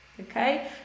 Okay